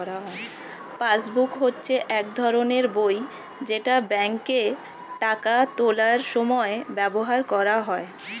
passbook হচ্ছে এক ধরনের বই যেটা ব্যাংকে টাকা তোলার সময় ব্যবহার করা হয়